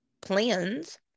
plans